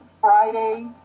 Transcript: Friday